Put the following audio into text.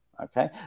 okay